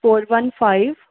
four one five